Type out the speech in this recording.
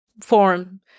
form